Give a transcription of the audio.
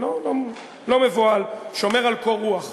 לא מבוהל, שומר על קור רוח.